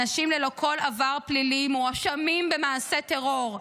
אנשים ללא כל עבר פלילי מואשמים במעשה טרור?